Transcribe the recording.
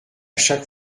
chaque